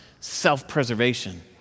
Self-preservation